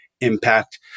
impact